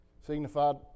Signified